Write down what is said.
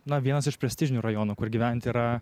na vienas iš prestižinių rajonų kur gyvent yra